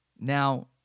Now